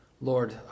Lord